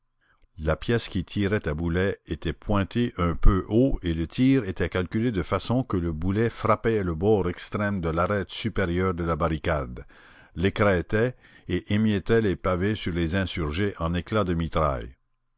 la pièce qui tirait à boulet était pointée un peu haut et le tir était calculé de façon que le boulet frappait le bord extrême de l'arête supérieure de la barricade l'écrêtait et émiettait les pavés sur les insurgés en éclats de mitraille